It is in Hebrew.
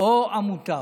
או המוטב.